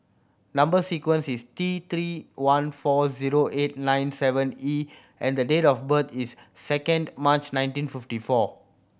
number sequence is T Three one four zero eight nine seven E and the date of birth is second March nineteen fifty four